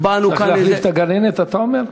אז להחליף את הגננת, אתה אומר?